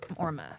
Orma